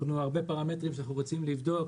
יש הרבה פרמטרים שאנחנו רוצים לבדוק,